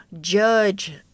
judge